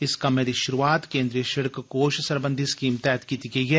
इस कम्मै दी शुरूआत केन्द्रीय सिड़क कोष सरबंधी स्कीम तैह्त कीती गेई ऐ